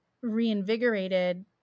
reinvigorated